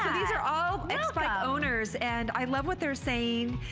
ah these are all x-bike owners and i love what they are saying.